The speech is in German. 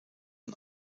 und